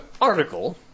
article